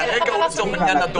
להגבלות.